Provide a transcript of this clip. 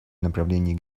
направлении